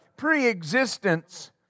pre-existence